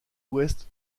ouest